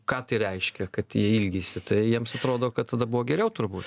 ką tai reiškia kad jie ilgisi tai jiems atrodo kad tada buvo geriau turbūt